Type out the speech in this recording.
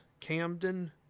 Camden